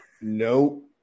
Nope